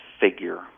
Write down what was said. figure